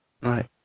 Right